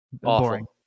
boring